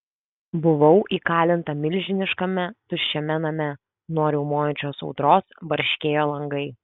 buvau įkalinta milžiniškame tuščiame name nuo riaumojančios audros barškėjo langai